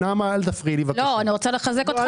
אני רוצה לחזק אותך,